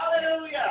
Hallelujah